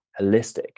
holistic